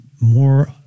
more